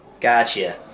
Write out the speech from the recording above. Gotcha